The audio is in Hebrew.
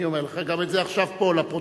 אני אומר לך את זה גם עכשיו פה לפרוטוקול.